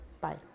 Bye